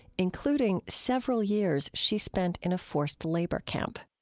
including several years she spent in a forced labor camp